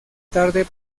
tarde